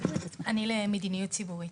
אני למדיניות ציבורית.